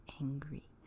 angry